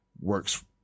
works